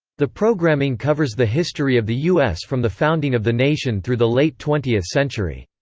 the programming covers the history of the u s from the founding of the nation through the late twentieth century.